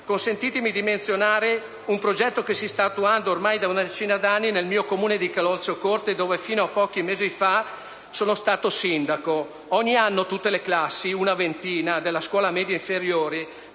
Consentitemi di menzionare un progetto che si sta attuando ormai da una decina di anni nel mio Comune di Calolziocorte, dove fino a pochi mesi fa sono stato sindaco. Ogni anno tutte le classi (una ventina) della scuola media inferiore